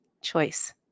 Choice